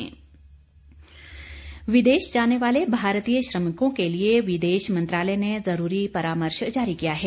परामर्श विदेश जाने वाले भारतीय श्रमिकों के लिए विदेश मंत्रालय ने जरूरी परामर्श जारी किया है